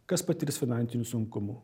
kas patirs finansinių sunkumų